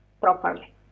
properly